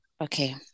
okay